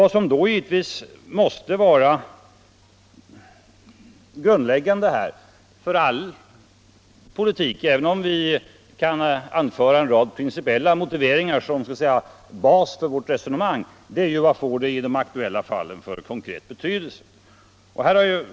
Det grundläggande för all politik — även om vi kan anföra en rad principiella motiveringar så att säga som bas för vårt resonemang — måste ju vara den konkreta betydelse en åtgärd får i det aktuella fallet.